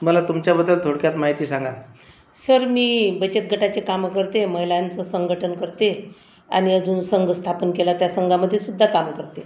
मला तुमच्याबद्दल थोडक्यात माहिती सांगा सर मी बचत गटाची कामं करते महिलांचं संघटन करते आणि अजून संघ स्थापन केला त्या संघामध्ये सुद्धा काम करते